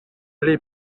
pli